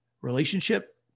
relationship